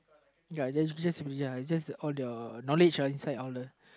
ya just just ya it's just all the knowledge uh inside all the